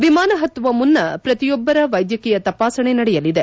ವಿಮಾನ ಹತ್ತುವ ಮುನ್ನ ಪ್ರತಿಯೊಬ್ಬರ ವೈದ್ಯಕೀಯ ತಪಾಸಣೆ ನಡೆಯಲಿದೆ